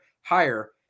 higher